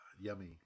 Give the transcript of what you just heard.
Yummy